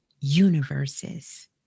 universes